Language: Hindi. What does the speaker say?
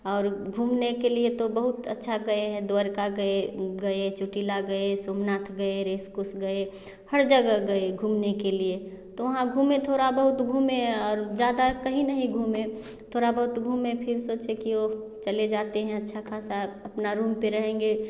और घूमने के लिए तो बहुत अच्छा गए हैं द्वारका गए गए चोटिला गए सोमनाथ गए रेस कुस गए हर जगह गए घूमने के लिए तो वहाँ घूमे थोड़ा बहुत घूमे और ज़्यादा कहीं नहीं घूमे थोड़ा बहुत घूमे फिर सोचे की ओ चले जाते हैं अच्छा ख़ासा अपना रूम पे रहेंगे